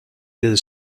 del